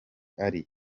ari